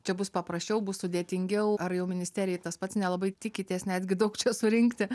čia bus paprasčiau bus sudėtingiau ar jau ministerijai tas pats nelabai tikitės netgi daug čia surinkti